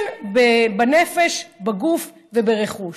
כן, בנפש, בגוף וברכוש.